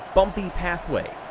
bumpy pathway.